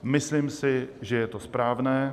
Myslím si, že je to správné.